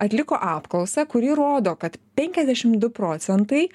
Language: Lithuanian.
atliko apklausą kuri rodo kad penkiasdešim du procentai